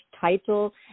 title